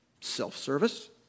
self-service